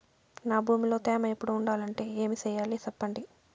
నా భూమిలో తేమ ఎప్పుడు ఉండాలంటే ఏమి సెయ్యాలి చెప్పండి?